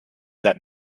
that